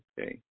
Okay